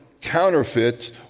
counterfeits